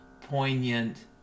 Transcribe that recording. poignant